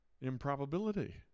improbability